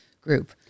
group